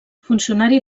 funcionari